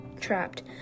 trapped